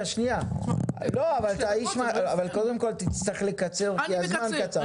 אבל קודם כל תצטרך לקצר כי הזמן קצר.